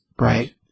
Right